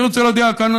אני רוצה להודיע כאן,